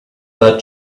that